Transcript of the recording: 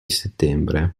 settembre